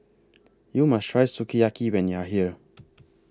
YOU must Try Sukiyaki when YOU Are here